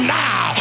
now